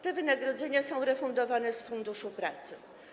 Te wynagrodzenia są refundowane z Funduszu Pracy.